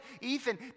Ethan